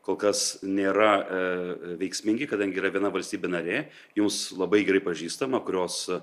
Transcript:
kol kas nėra veiksmingi kadangi yra viena valstybė narė jūs labai gerai pažįstama kurios